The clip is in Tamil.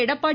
எடப்பாடி